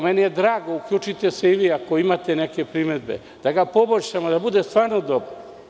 Meni je drago, uključite se i vi ako imate neke primedbe, da ga poboljšamo, da bude stvarno dobar.